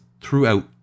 throughout